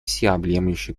всеобъемлющей